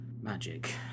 magic